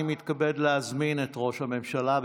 אני מתכבד להזמין את ראש הממשלה.